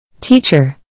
Teacher